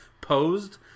posed